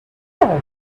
are